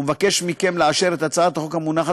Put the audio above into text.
ומבקש מכם לאשר את הצעת החוק המונחת